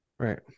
Right